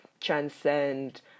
transcend